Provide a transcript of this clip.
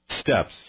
steps